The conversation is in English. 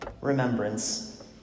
remembrance